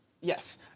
Yes